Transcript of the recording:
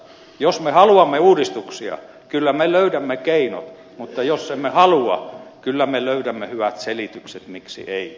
jos me haluamme uudistuksia kyllä me löydämme keinot mutta jos emme halua kyllä me löydämme hyvät selitykset miksi ei